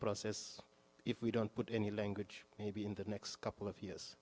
process if we don't put any language maybe in the next couple of years